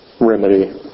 remedy